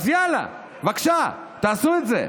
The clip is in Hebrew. אז יאללה, בבקשה, תעשו את זה,